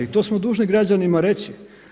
I to smo dužni građanima reći.